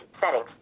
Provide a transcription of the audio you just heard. Settings